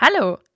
Hallo